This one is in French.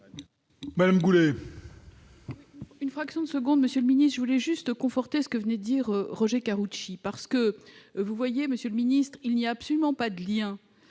madame Goulet,